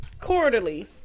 quarterly